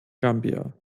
gambia